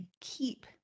keep